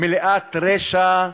מלאת רשע,